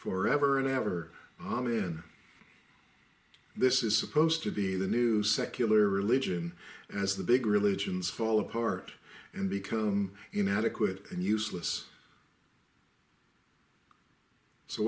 for ever and ever amen this is supposed to be the new secular religion as the big religions fall apart and become inadequate and useless so